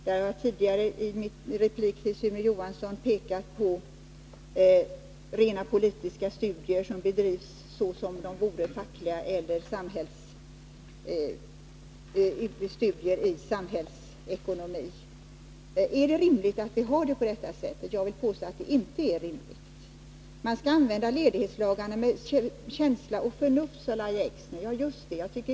Jag har tidigare i min replik till Sune Johansson pekat på rent politiska studier, som bedrivs som om de vore fackliga, eller studier i samhällsekonomi. Är det rimligt att vi har det på detta sätt? Jag vill påstå att det inte är rimligt. Man skall använda ledighetslagarna med känsla och förnuft, sade Lahja Exner. Ja, just det!